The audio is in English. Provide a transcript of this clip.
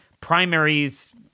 primaries